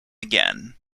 again